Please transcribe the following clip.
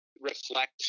reflect